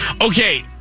Okay